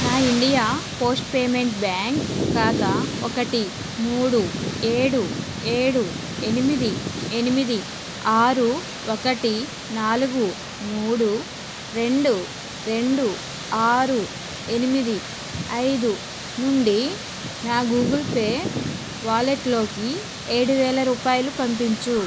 నా India post payment bank ఖాతా ఒకటి మూడు ఏడు ఏడు ఎనిమిది ఎనిమిది ఆరు ఒకటి నాలుగు మూడు రెండు రెండు ఆరు ఎనిమిది ఐదు నుండి నా గూగుల్ పే వాలెట్లోకి లోకి ఏడు వేల రూపాయలు పంపించు